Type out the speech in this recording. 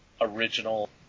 original